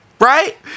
Right